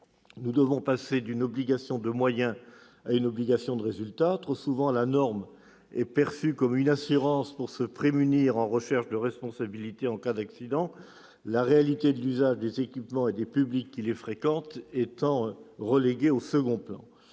nous devons passer d'une obligation de moyens à une obligation de résultat. Trop souvent, la norme est perçue comme une assurance pour se prémunir d'une action en responsabilité en cas d'accident, la réalité de l'usage des équipements et des publics qui les fréquentent étant reléguée au second plan.